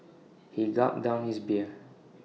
he gulped down his beer